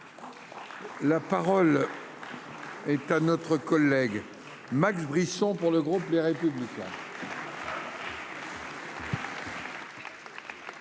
La parole est à notre collègue Max Brisson pour le groupe Les Républicains.